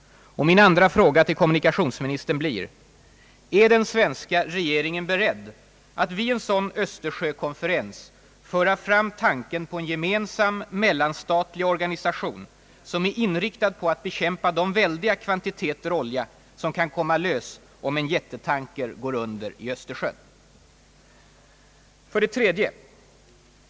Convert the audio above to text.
Min andra fråga till kommunikationsministern blir: Är den svenska regeringen beredd att vid en sådan östersjökonferens föra fram tanken på en gemensam, mellanstatlig organisation som är inriktad på att bekämpa de väldiga kvantiteter olja som kan komma lös om en jättetanker går under i Östersjön? 3.